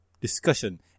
discussion